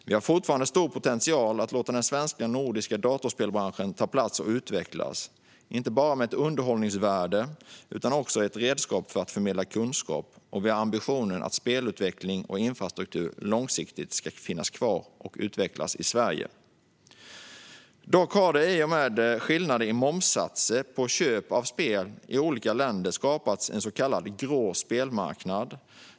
Det finns fortfarande stor potential för den svenska och nordiska datorspelsbranschen att ta plats och utvecklas. Datorspel har inte bara ett underhållningsvärde. Det är även ett redskap för att förmedla kunskap. Vi har ambitionen att spelutveckling och infrastruktur långsiktigt ska finnas kvar och utvecklas i Sverige. Dock har det i och med skillnader i momssatser på köp av spel i olika länder skapats en så kallad grå spelnyckelmarknad.